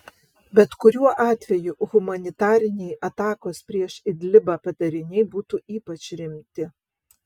bet kuriuo atveju humanitariniai atakos prieš idlibą padariniai būtų ypač rimti